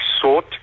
sought